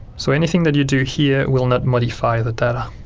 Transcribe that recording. so anything that you do here will not modify the data.